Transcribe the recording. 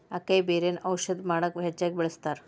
ಅಕೈಬೆರ್ರಿಯನ್ನಾ ಔಷಧ ಮಾಡಕ ಹೆಚ್ಚಾಗಿ ಬಳ್ಸತಾರ